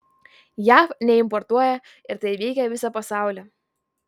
jav neimportuoja ir tai veikia visą pasaulį